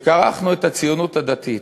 שכרכנו את הציונות הדתית,